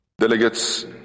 Delegates